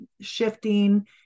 shifting